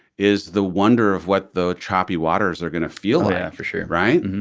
is the wonder of what the choppy waters are going to feel yeah for sure. right